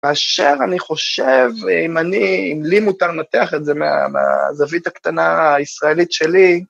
מה שאני חושב, אם אני, אם לי מותר לנתח את זה מה... מהזווית הקטנה הישראלית שלי,